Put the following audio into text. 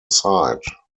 site